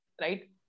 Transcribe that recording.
right